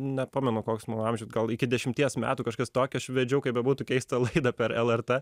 nepamenu koks mano amžius gal iki dešimties metų kažkas tokio aš vedžiau kaip bebūtų keista laida per lrt